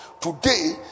Today